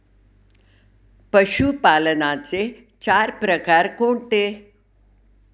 पशुपालनाचे चार प्रकार कोणते?